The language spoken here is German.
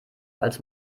als